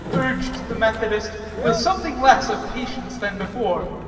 urged the methodist, with something less of patience than before.